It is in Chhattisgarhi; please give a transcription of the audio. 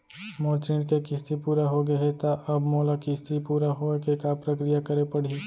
मोर ऋण के किस्ती पूरा होगे हे ता अब मोला किस्ती पूरा होए के का प्रक्रिया करे पड़ही?